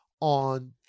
on